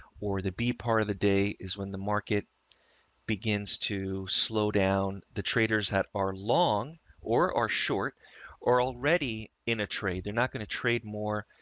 or the b part of the day is when the market begins to slow down the traders that are long or short or already in a trade. they're not going to trade more,